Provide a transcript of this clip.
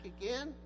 again